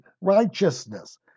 righteousness